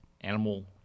animal